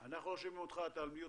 לגבי מה שאמרה מרב על מחירי הגז בארץ,